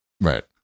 Right